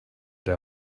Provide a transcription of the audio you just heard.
der